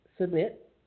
submit